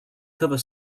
cover